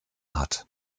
hat